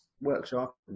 workshop